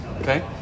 Okay